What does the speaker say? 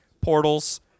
portals